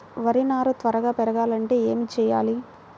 వరి నారు త్వరగా పెరగాలంటే ఏమి చెయ్యాలి?